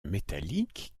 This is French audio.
métalliques